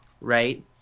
right